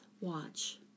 watch